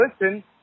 listen